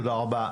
תודה רבה.